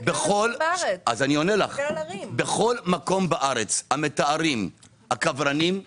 בכל מקום בארץ המטהרים,